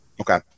Okay